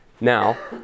now